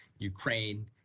Ukraine